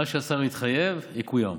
מה שהשר התחייב, יקוים.